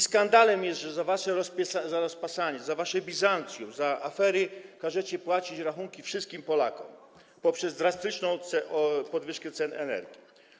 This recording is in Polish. Skandalem jest, że za wasze rozpasanie, za wasze Bizancjum, za afery każecie płacić rachunki wszystkim Polakom poprzez drastyczną podwyżkę cen energii.